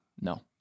No